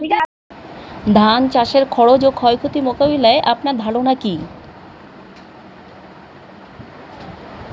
ধান চাষের খরচ ও ক্ষয়ক্ষতি মোকাবিলায় আপনার ধারণা কী?